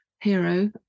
hero